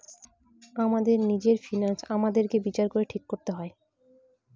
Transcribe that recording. আমাদের নিজের ফিন্যান্স আমাদেরকে বিচার করে ঠিক করতে হয়